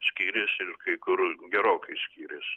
skiriasi ir kai kur gerokai skyriasi